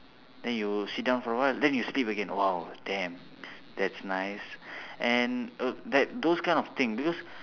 then you sit down for a while then you sleep again !wow! damn that's nice and err that those kind of thing because